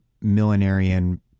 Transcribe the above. millenarian